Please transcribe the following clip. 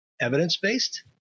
evidence-based